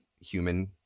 human